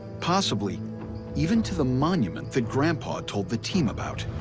possibly even to the monument that grandpa told the team about.